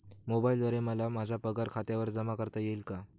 मोबाईलद्वारे मला माझा पगार खात्यावर जमा करता येईल का?